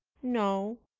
no,